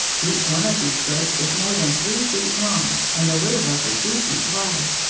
each one of these books is more than three feet long and a little over two feet wide,